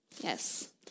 Yes